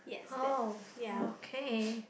oh okay